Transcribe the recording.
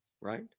right